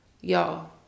Y'all